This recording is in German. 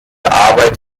arbeit